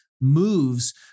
moves